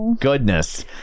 Goodness